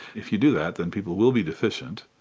if you do that then people will be deficient.